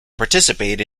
participate